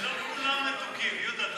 הם לא כולם מתוקים, יהודה.